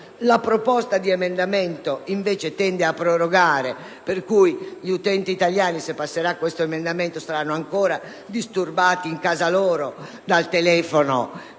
la proposta di emendamento tende invece ad una proroga, per cui gli utenti italiani, se passerà questo emendamento, saranno ancora disturbati in casa loro, al telefono